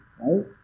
right